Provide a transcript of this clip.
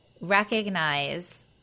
recognize